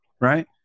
right